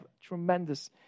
tremendous